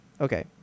Okay